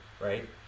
right